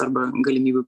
arba galimybių